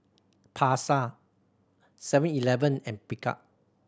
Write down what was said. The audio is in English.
Pasar Seven Eleven and Picard